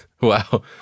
Wow